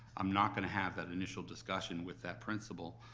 i'm not gonna have that initial discussion with that principal,